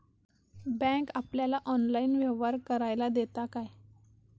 Bank आपल्याला online व्यवहार करायला देता काय?